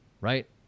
right